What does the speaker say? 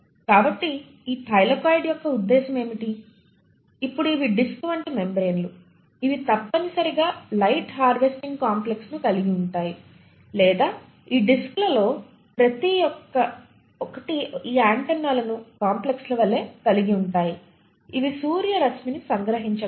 కాబట్టి ఈ థైలాకోయిడ్ యొక్క ఉద్దేశ్యం ఏమిటి ఇప్పుడు ఇవి డిస్క్ వంటి మెంబ్రేన్లు ఇవి తప్పనిసరిగా లైట్ హార్వెస్టింగ్ కాంప్లెక్స్ను కలిగి ఉంటాయి లేదా ఈ డిస్క్లలో ప్రతి ఒక్కటి ఈ యాంటెన్నాలను కాంప్లెక్స్ల వలె కలిగి ఉంటాయి ఇవి సూర్యరశ్మిని సంగ్రహించగలవు